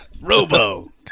Robo